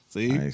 see